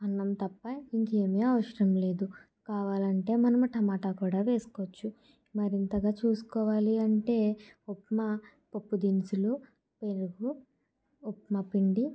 అన్నం తప్ప ఇంకేమి అవసరం లేదు కావాలంటే మనం టోమాటో కూడా వేసుకోవచ్చు మరి ఇంతగా చూసుకోవాలి అంటే ఉప్మా పప్పుదినుసులు పెరుగు ఉప్మా పిండి